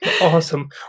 Awesome